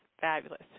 fabulous